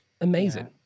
amazing